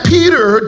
Peter